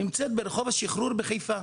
נמצאת ברחוב השחרור בחיפה,